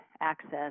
access